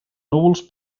núvols